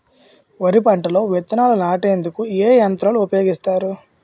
వరి పంటలో విత్తనాలు నాటేందుకు ఏ యంత్రాలు ఉపయోగిస్తారు?